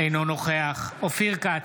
אינו נוכח אופיר כץ,